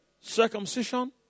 circumcision